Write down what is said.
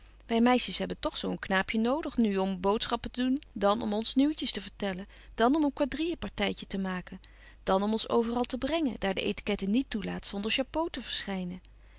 wy meisjes hebben toch zo een knaapje nodig nu om boodschappen te doen dan om ons nieuwtjes te vertellen dan om een quadrille partytje te maken dan om ons overal te brengen daar de etiquette niet toelaat zonder chapeau te verschynen